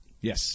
Yes